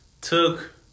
took